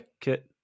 Kit